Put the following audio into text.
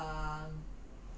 and um